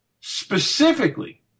specifically